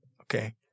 Okay